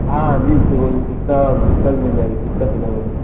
ہاں جی تو پستہ پستہ بھی مل جائے گا پستہ فلیور میں